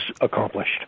accomplished